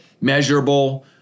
measurable